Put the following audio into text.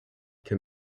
can